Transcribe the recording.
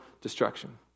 destruction